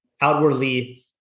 outwardly